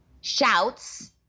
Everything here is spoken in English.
shouts